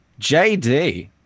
JD